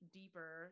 deeper